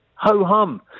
Ho-hum